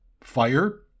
fire